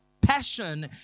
passion